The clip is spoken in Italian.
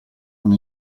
con